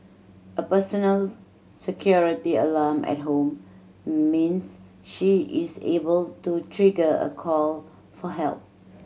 a personal security alarm at home means she is able to trigger a call for help